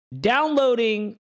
downloading